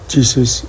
Jesus